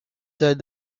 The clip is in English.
that